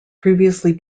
previously